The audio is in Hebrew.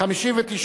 3 נתקבלו.